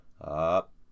up